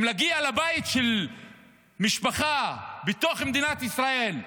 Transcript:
עם להגיע לבית של משפחה בתוך מדינת ישראל,